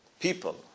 People